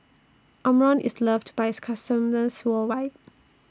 Omron IS loved By its customers worldwide